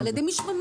על ידי מי שמממן.